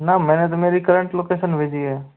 ना मैंने तो मेरी करंट लोकेशन भेजी है